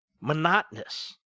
monotonous